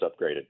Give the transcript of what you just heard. upgraded